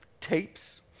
tapes